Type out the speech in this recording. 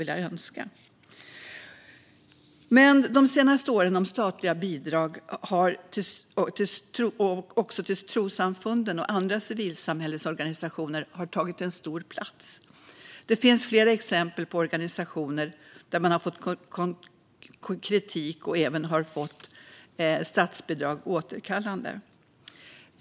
De senaste åren har diskussionen om statliga bidrag till såväl trossamfund som andra civilsamhällesorganisationer tagit stor plats. Det finns flera exempel på organisationer som har fått kritik och även fått statsbidrag återkallade.